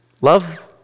love